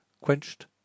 quenched